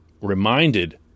reminded